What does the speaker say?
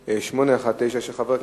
תש"ע (3 במרס